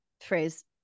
phrase